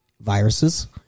viruses